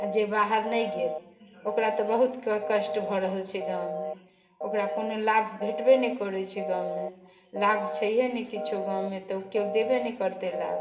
आओर जे बाहर नहि गेल ओकरा तऽ बहुतके कष्ट भऽ रहल छै गाँवमे ओकरा कोनो लाभ भेटबे नहि करै छै गाँवमे लाभ छै हे नहि किछो गाँवमे तऽ ओ केओ देबे नहि करतै लाभ